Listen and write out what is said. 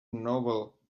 noble